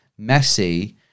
Messi